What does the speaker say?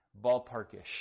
ballparkish